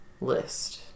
list